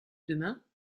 demain